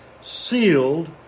sealed